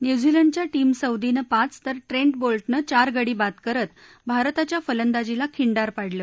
न्यूझीलंडच्या Tim Southee पाच तर ट्रेंट बोल्टनं चार गडीबाद करत भारताच्या फलंदाजीला खिंडार पाडलं